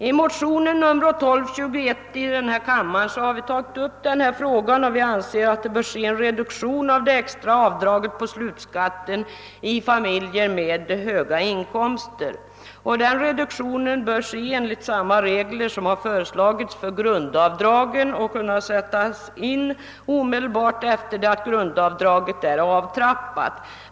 I motion II:1221 har vi tagit upp denna fråga, och vi anser att en reduktion bör ske av det extra avdraget på slutskatten i familjer med höga inkomster. Den reduktionen bör följa samma regler som föreslagits för grundavdragen och kunna sättas in omedelbart efter det att grundavdraget är avtrappat.